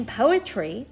poetry